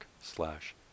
slash